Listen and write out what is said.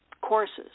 courses